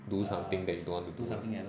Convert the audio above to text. do something that you don't want to do